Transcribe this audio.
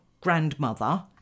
grandmother